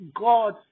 God